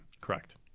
Correct